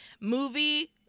movie